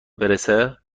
برسه